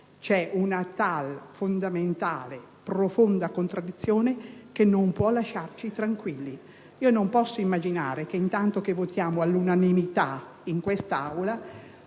c'è una tale, fondamentale e profonda contraddizione che non può lasciarci tranquilli. Non posso immaginare che mentre votiamo all'unanimità in questa Aula,